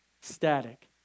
static